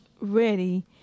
ready